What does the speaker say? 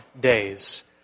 days